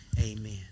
Amen